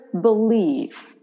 believe